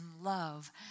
love